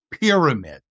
pyramid